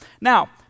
Now